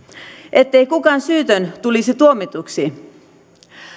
ettei kukaan syytön tulisi tuomituksi